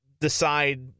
decide